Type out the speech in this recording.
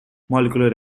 molecular